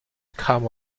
come